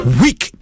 weak